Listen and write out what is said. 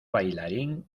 bailarín